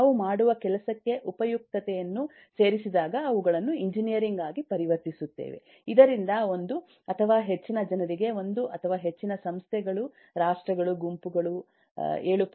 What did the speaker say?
ನಾವು ಮಾಡುವ ಕೆಲಸಕ್ಕೆ ಉಪಯುಕ್ತತೆಯನ್ನು ಸೇರಿಸಿದಾಗ ಅವುಗಳನ್ನು ಎಂಜಿನಿಯರಿಂಗ್ ಆಗಿ ಪರಿವರ್ತಿಸುತ್ತೇವೆ ಇದರಿಂದ ಒಂದು ಅಥವಾ ಹೆಚ್ಚಿನ ಜನರಿಗೆ ಒಂದು ಅಥವಾ ಹೆಚ್ಚಿನ ಸಂಸ್ಥೆಗಳು ರಾಷ್ಟ್ರಗಳು ಗುಂಪುಗಳು 7